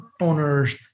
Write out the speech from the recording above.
owner's